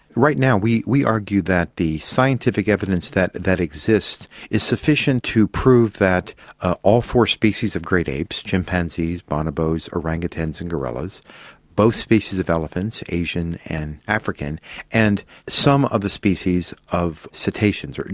right now we we argue that the scientific evidence that that exists is sufficient to prove that all four species of great apes chimpanzees, bonobos, orang-utans and gorillas both species of elephants asian and african and some of the species of cetaceans,